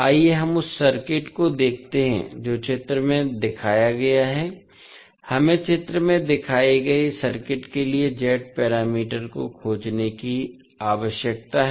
आइए हम उस सर्किट को देखते हैं जो चित्र में दिया गया है हमें चित्र में दिखाए गए सर्किट के लिए Z पैरामीटर को खोजने की आवश्यकता है